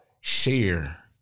share